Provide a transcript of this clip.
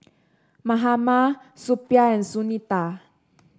Mahatma Suppiah and Sunita